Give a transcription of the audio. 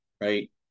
right